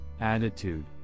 attitude